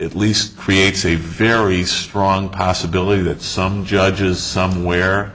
at least creates a very strong possibility that some judges somewhere